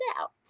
out